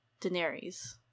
Daenerys